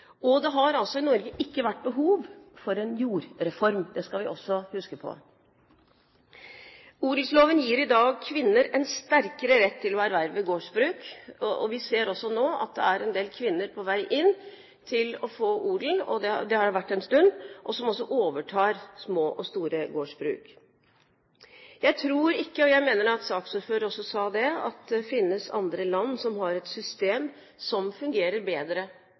og det har altså i Norge ikke vært behov for en jordreform – det skal vi også huske på. Odelsloven gir i dag kvinner en sterkere rett til å erverve gårdsbruk. Vi ser også nå at det er en del kvinner på vei til å få odel – det har det vært en stund – og som også overtar små og store gårdsbruk. Jeg tror ikke – og jeg mener at saksordføreren også sa det – at det finnes andre land som har et system som fungerer bedre,